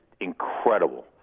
incredible